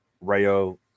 Rayo